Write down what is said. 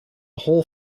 whole